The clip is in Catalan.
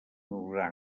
usar